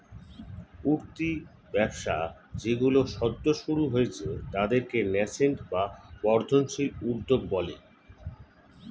উঠতি ব্যবসা যেইগুলো সদ্য শুরু হয়েছে তাদেরকে ন্যাসেন্ট বা বর্ধনশীল উদ্যোগ বলে